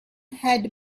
had